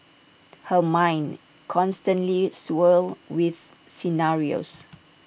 her mind constantly swirled with scenarios